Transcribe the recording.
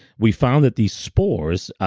we found that these spores,